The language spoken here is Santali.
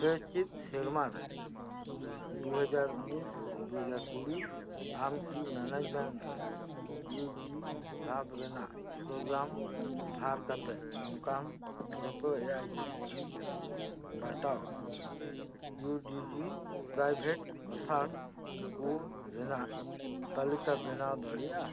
ᱥᱮᱪᱮᱫ ᱥᱮᱨᱢᱟ ᱨᱮ ᱫᱩ ᱦᱟᱡᱟᱨ ᱩᱱᱤᱥ ᱫᱩ ᱦᱟᱡᱟᱨ ᱠᱩᱲᱤ ᱟᱢᱠᱤ ᱢᱮᱱᱮᱡᱽᱢᱮᱱᱴ ᱨᱮ ᱤᱭᱩ ᱡᱤ ᱫᱷᱟᱯ ᱨᱮᱱᱟᱜ ᱯᱨᱳᱜᱨᱟᱢ ᱫᱷᱟᱨ ᱠᱟᱛᱮᱫ ᱱᱚᱝᱠᱟᱱ ᱡᱷᱚᱛᱚ A I C T E ᱵᱟᱛᱟᱣᱟᱜ ᱯᱨᱟᱭᱵᱷᱮᱴ ᱟᱥᱲᱟ ᱠᱚ ᱨᱮᱱᱟᱜ ᱛᱟᱞᱤᱠᱟ ᱵᱮᱱᱟᱣ ᱫᱟᱲᱮᱭᱟᱜᱼᱟ